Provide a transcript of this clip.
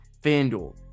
FanDuel